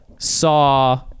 saw